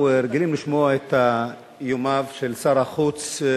אנחנו רגילים לשמוע את איומיו של שר החוץ,